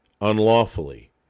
unlawfully